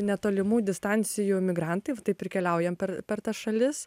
netolimų distancijų migrantai taip ir keliaujam per per tas šalis